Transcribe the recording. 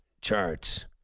charts